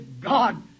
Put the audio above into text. God